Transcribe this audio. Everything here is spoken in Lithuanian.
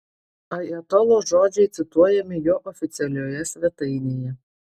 ajatolos žodžiai cituojami jo oficialioje svetainėje